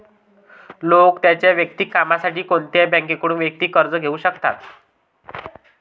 लोक त्यांच्या वैयक्तिक कामासाठी कोणत्याही बँकेकडून वैयक्तिक कर्ज घेऊ शकतात